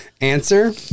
Answer